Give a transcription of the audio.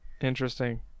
interesting